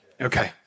Okay